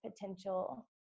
potential